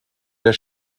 der